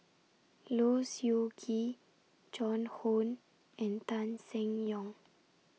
Low Siew Nghee Joan Hon and Tan Seng Yong